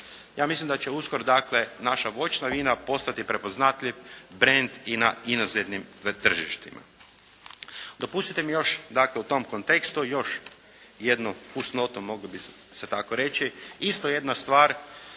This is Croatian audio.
Ja mislim da će uskoro naša voćna vina postati prepoznatljiv brend i na inozemnim tržištima. Dopustite mi još dakle u tom kontekstu još jednu fusnotu moglo bi se tako reći. Isto jedna stvar,